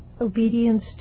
obedience